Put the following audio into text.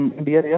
India